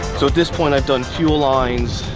so at this point i've done fuel lines,